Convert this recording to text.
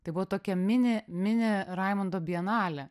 tai buvo tokia mini mini raimundo bienalė